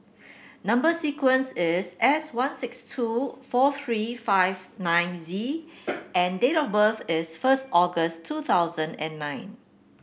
number sequence is S one six two four three five nine Z and date of birth is first August two thousand and nine